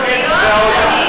מהעודפים.